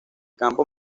campo